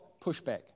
pushback